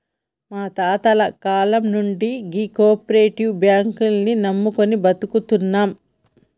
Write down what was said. మా తాతల కాలం నుండి గీ కోపరేటివ్ బాంకుల్ని నమ్ముకొని బతుకుతున్నం